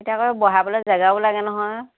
এতিয়া আকৌ বহাবলৈ জেগাও লাগে নহয়